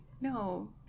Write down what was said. no